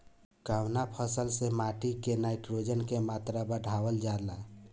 कवना फसल से माटी में नाइट्रोजन के मात्रा बढ़ावल जाला?